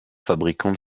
fabricant